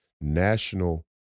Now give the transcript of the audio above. national